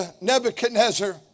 Nebuchadnezzar